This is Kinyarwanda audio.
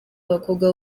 abakobwa